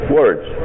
words